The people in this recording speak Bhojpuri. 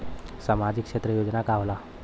सामाजिक क्षेत्र योजना का होला?